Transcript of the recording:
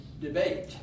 debate